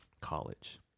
college